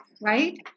Right